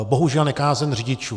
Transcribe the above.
Bohužel nekázeň řidičů.